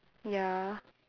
ya